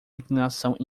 inclinação